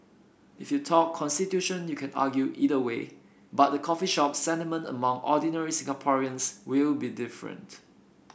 if you talk constitution you can argue either way but the coffee shop sentiment among ordinary Singaporeans will be different